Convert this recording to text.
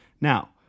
Now